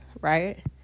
right